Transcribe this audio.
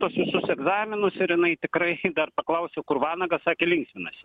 tuos visus egzaminus ir jinai tikrai dar paklausiau kur vanagas sakė linksminasi